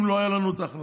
אם לא היו לנו ההכנסות